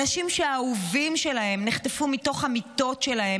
אנשים שהאהובים שלהם נחטפו מתוך המיטות שלהם